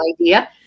idea